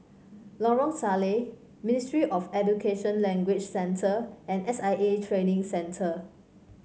Lorong Salleh Ministry of Education Language Centre and S I A Training Centre